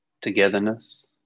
Togetherness